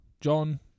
John